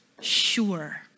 sure